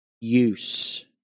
use